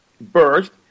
burst